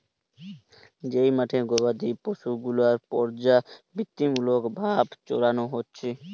যেই মাঠে গোবাদি পশু গুলার পর্যাবৃত্তিমূলক ভাবে চরানো হচ্ছে